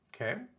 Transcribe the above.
okay